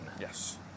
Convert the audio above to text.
Yes